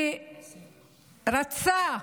רצה,